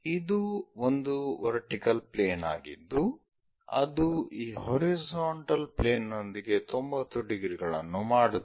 ಇದು ಒಂದು vertical plane ಆಗಿದ್ದು ಅದು ಈ ಹಾರಿಜಾಂಟಲ್ ಪ್ಲೇನ್ ನೊಂದಿಗೆ 90 ಡಿಗ್ರಿಗಳನ್ನು ಮಾಡುತ್ತಿದೆ